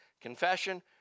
confession